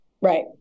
Right